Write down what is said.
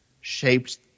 shaped